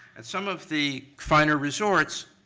at some of the finer resorts,